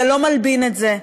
זה לא מלבין את זה,